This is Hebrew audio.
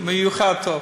טוב במיוחד.